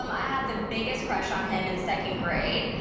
um i had the biggest crush on him in second grade,